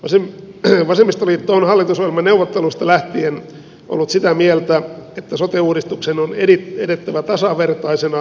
vasemmistoliitto on hallitusohjelmaneuvotteluista lähtien ollut sitä mieltä että sote uudistuksen on edettävä tasavertaisena kuntauudistuksen kanssa